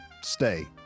stay